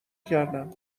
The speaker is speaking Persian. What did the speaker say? کردم